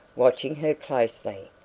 watching her closely.